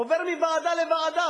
עובר מוועדה לוועדה,